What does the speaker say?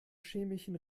chemischen